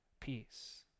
peace